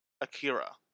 Akira